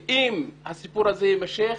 אם הסיפור הזה יימשך,